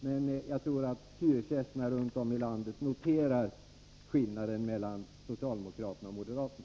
Men jag tror att hyresgästerna runt om i landet noterar skillnaden mellan socialdemokraterna och moderaterna.